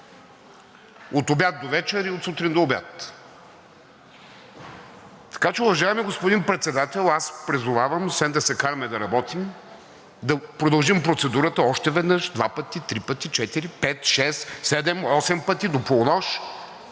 от обяд до вечер и от сутрин до обяд. Така че, уважаеми господин Председател, аз призовавам, освен да се караме, и да работим. Да продължим процедурата още веднъж, два пъти, три пъти, четири, пет, шест, седем, осем пъти, до полунощ,